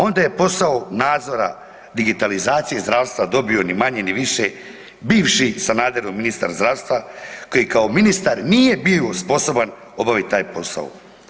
Onda je posao nadzora digitalizacije zdravstva dobio ni manje ni više bivši Sanaderov ministar zdravstva koji kao ministar nije bio sposoban obaviti taj posao.